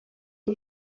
amb